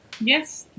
Yes